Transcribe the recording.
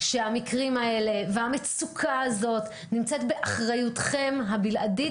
שהמקרים האלה והמצוקה הזאת נמצאים באחריותכם הבלעדית,